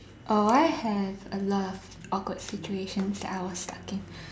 oh I have a lot of awkward situations that I was stuck in